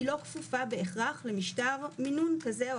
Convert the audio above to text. היא לא כפופה בהכרח למשטר מינון כזה או